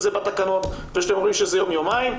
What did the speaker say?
זה בתקנות ושאתם אומרים שזה יום-יומיים.